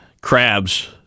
Crabs